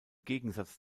gegensatz